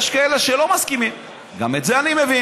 יש כאלה שלא מסכימים, גם את זה אני מבין,